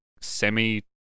semi